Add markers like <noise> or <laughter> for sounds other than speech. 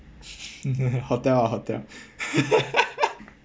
<laughs> hotel ah hotel ah <laughs>